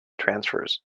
transfers